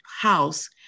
house